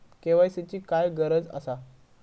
KYC ची काय गरज आसा?